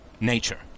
nature